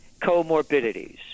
comorbidities